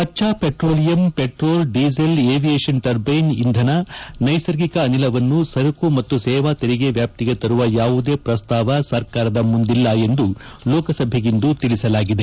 ಕಚ್ಲಾ petroleum petrol diesel aviation turbine ಇಂಧನ ನೈಸರ್ಗಿಕ ಅನಿಲವನ್ನು ಸರಕು ಮತ್ತು ಸೇವಾ ತೆರಿಗೆ ವ್ಯಾಪ್ತಿಗೆ ತರುವ ಯಾವುದೇ ಪ್ರಸ್ತಾವ ಸರ್ಕಾರದ ಮುಂದಿಲ್ಲ ಎಂದು ಲೋಕಸಭೆಗಿಂದು ತಿಳಿಸಲಾಗಿದೆ